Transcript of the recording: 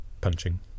punching